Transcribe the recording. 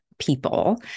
people